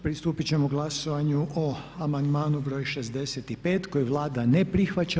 Pristupiti ćemo glasovanju o amandmanu br. 65. koji Vlada ne prihvaća.